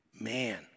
Man